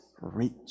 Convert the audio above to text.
reach